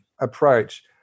approach